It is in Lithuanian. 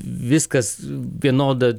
viskas vienoda